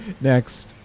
next